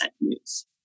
news